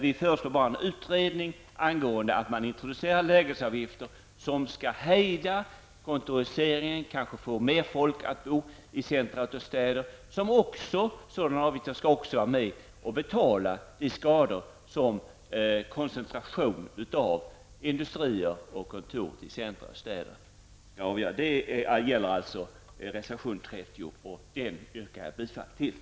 Vi föreslår en utredning om att introducera lägesavgifter för att hejda kontorisering och kanske få mer folk att bo centralt i städerna. Sådana avgifter skall också användas till att betala de skador en koncentration av industrier och kontor till centrala städer orsakar. Jag yrkar alltså bifall till reservation 30.